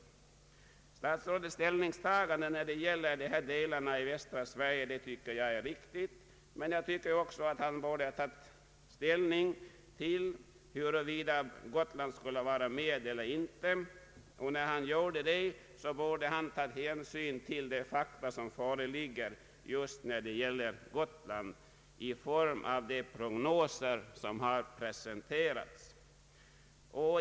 Statsrådets ställningstagande när det gäller dessa områden av Sverige anser jag riktigt, men jag anser också att han borde ha tagit klar ställning till att Gotland skulle ingå i stödområdet. Han borde då även ha tagit hänsyn till de fakta som föreligger beträffande Gotland i de prognoser som har presenterats.